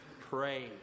Pray